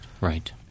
Right